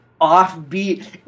offbeat